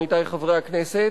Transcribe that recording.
עמיתי חברי הכנסת,